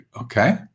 Okay